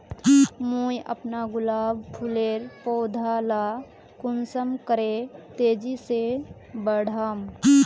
मुई अपना गुलाब फूलेर पौधा ला कुंसम करे तेजी से बढ़ाम?